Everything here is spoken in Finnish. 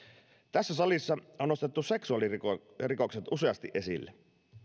tässä salissa on nostettu seksuaalirikokset useasti esille